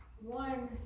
One